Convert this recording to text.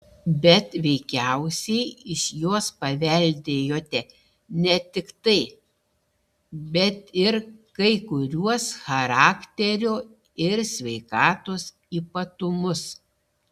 bet veikiausiai iš jos paveldėjote ne tik tai bet ir kai kuriuos charakterio ir sveikatos ypatumus